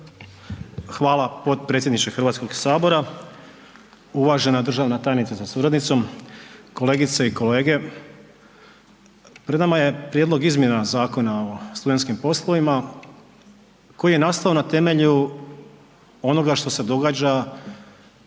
Hvala potpredsjedniče Hrvatskog sabora. Uvažena državna tajnice sa suradnicom, kolegice i kolege. Pred nama Prijedlog izmjena Zakona o studentskim poslovima koji je nastao na temelju onoga što se događa